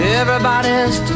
everybody's